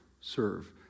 Serve